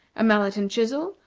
a mallet and chisel,